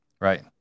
Right